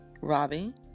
Robbie